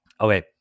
Okay